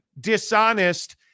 dishonest